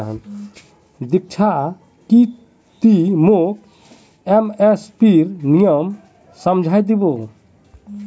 दीक्षा की ती मोक एम.एस.पीर नियम समझइ दी बो